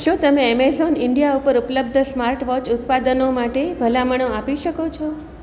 શું તમે Amazon India ઉપર ઉપલબ્ધ સ્માર્ટવોચ ઉત્પાદનો માટે ભલામણો આપી શકો છો